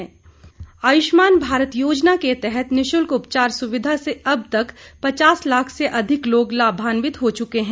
प्रधानमंत्री आयुष्मान आयुष्मान भारत योजना के तहत निशुल्क उपचार सुविधा से अब तक पचास लाख से अधिक लोग लाभावित हो चुके हैं